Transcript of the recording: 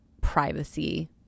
privacy